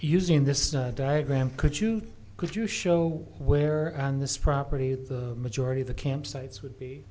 using this diagram could you could you show where on this property the majority of the campsites would be